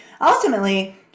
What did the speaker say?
ultimately